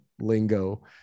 lingo